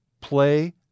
play